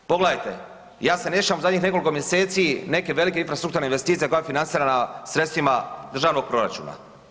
Pogledajte, ja se ne sjećam u zadnjih nekoliko mjeseci neke velike infrastrukturne investicije koja je financirana sredstvima državnog proračuna.